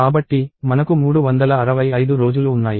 కాబట్టి మనకు 365 రోజులు ఉన్నాయి